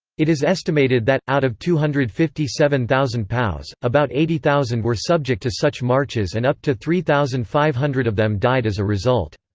it is estimated that, out of two hundred and fifty seven thousand pows, about eighty thousand were subject to such marches and up to three thousand five hundred of them died as a result.